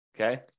Okay